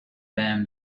بهم